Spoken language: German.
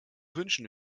wünschen